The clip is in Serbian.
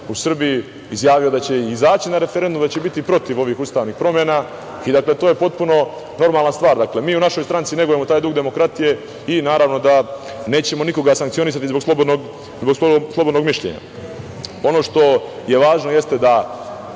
u Srbiji, izjavio da će izaći na referendum i da će biti protiv ovih ustavnih promena. To je potpuno normalna stvar. Mi u našoj stranci negujemo taj duh demokratije i naravno da nećemo nikoga sankcionisati zbog slobodnog mišljenja. Ono što je važno jeste da